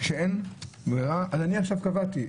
כשאין ברירה, אז אני עכשיו קבעתי.